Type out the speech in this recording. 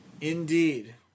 Indeed